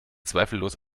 zweifellos